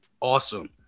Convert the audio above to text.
awesome